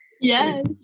Yes